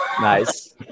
nice